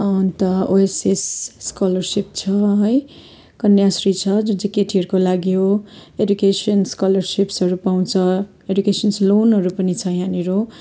अन्त OSS scholarship छ है कन्याश्री छ जुन चाहिँ केटीहरूको लागि हो एडुकेसन्स स्कोलरसिप्सहरू पाउँछ एडुकेसन्स लोनहरू पनि छ यहाँनिर